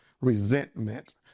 resentment